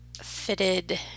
fitted